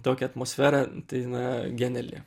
tokią atmosferą tai na geniali